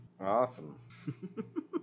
Awesome